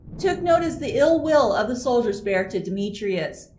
took notice the ill-will of the soldiers bare to demetrius,